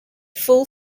full